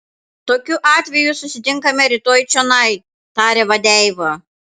tokiu atveju susitinkame rytoj čionai tarė vadeiva